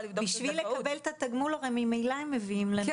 בשביל לקבל את התגמול הרי ממילא הם מידע מביאים לנו מידע באופן ידני.